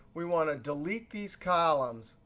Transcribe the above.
we want to delete these columns.